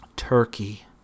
Turkey